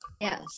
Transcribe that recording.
Yes